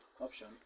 option